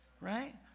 Right